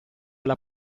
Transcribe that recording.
alla